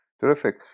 Terrific